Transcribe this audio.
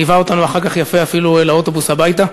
ליווה אותנו אחר כך, יפה, אפילו לאוטובוס הביתה.